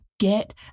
get